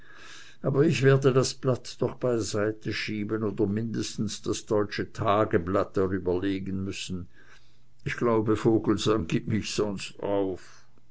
aber ich werde das blatt doch beiseite schieben oder mindestens das deutsche tageblatt darüberlegen müssen ich glaube vogelsang gibt mich sonst auf